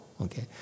okay